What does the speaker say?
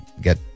get